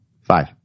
five